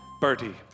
Bertie